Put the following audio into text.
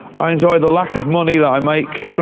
i enjoy the lack of money that i make.